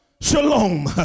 Shalom